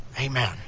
Amen